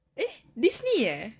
eh disney eh